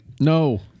No